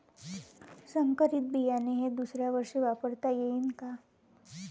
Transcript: संकरीत बियाणे हे दुसऱ्यावर्षी वापरता येईन का?